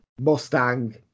Mustang